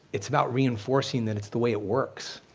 it's about reinforcing that it's the way it works,